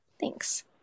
Thanks